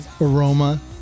aroma